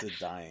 dying